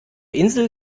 insel